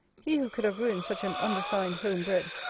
he who could have ruined such an undersigned home-bred,